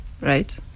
right